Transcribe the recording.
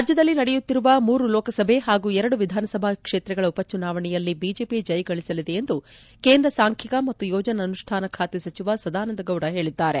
ರಾಜ್ಯದಲ್ಲಿ ನಡೆಯುತ್ತಿರುವ ಮೂರು ಲೋಕಸಭೆ ಹಾಗು ಎರಡು ವಿಧಾನಸಭಾ ಕ್ಷೇತ್ರಗಳ ಉಪ ಚುನಾವಣೆಯಲ್ಲಿ ಬಿಜೆಪಿ ಜಯಗಳಿಸಲಿದೆ ಎಂದು ಕೇಂದ್ರ ಸಾಂಖ್ಯಿಕ ಮತ್ತು ಯೋಜನಾ ಅನುಷ್ಠಾನ ಸಚಿವ ಸದಾನಂದ ಗೌಡ ಹೇಳಿದ್ದಾರೆ